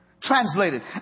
Translated